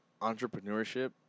entrepreneurship